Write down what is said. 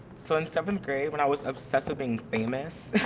so in seventh grade when i was obsessed with being famous,